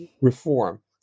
reform